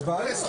נחזור